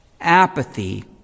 Apathy